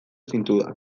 zintudan